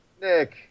Nick